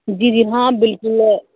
जी आं बिलकुल